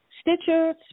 Stitcher